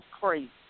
crazy